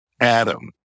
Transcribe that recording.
Adam